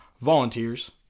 Volunteers